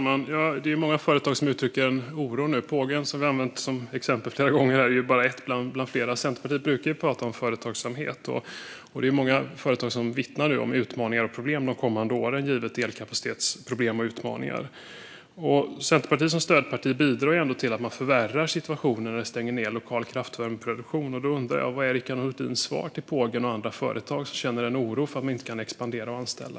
Fru talman! Det är många företag som nu uttrycker en oro. Pågen har vi använt som exempel flera gånger här, men det är bara ett av många. Centerpartiet brukar ju tala om företagsamhet. Det är många företag som nu vittnar om utmaningar och problem de kommande åren, givet elkapacitetsproblem och utmaningar. Centerpartiet bidrar som stödparti ändå till att man förvärrar situationen och stänger lokal kraftvärmeproduktion. Då undrar jag: Vad är Rickard Nordins svar till Pågen och andra företag som känner en oro för att de inte kan expandera och anställa?